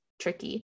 tricky